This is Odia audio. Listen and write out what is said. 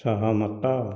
ସହମତ